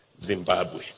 Zimbabwe